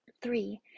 Three